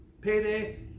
payday